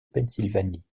pennsylvanie